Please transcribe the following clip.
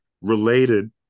related